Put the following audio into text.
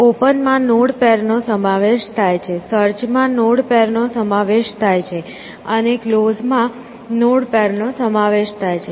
open માં node પેરનો સમાવેશ થાય છે સર્ચમાં નોડ પેરનો સમાવેશ થાય છે અને ક્લોઝ માં નોડ પેરનો સમાવેશ થાય છે